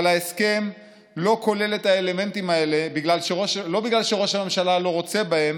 אבל ההסכם לא כולל את האלמנטים האלה לא בגלל שראש הממשלה לא רוצה בהם,